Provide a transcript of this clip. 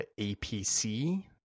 APC